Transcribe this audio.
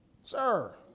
sir